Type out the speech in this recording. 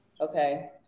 Okay